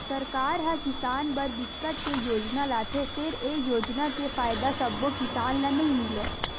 सरकार ह किसान बर बिकट के योजना लाथे फेर ए योजना के फायदा सब्बो किसान ल नइ मिलय